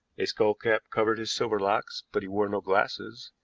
a skull-cap covered his silver locks, but he wore no glasses,